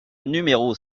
numéro